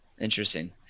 Interesting